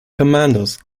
commandos